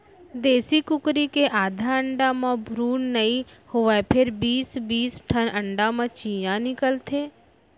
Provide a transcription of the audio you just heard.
देसी कुकरी के आधा अंडा म भ्रून नइ होवय फेर बीस बीस ठन अंडा म चियॉं निकलथे